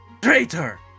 traitor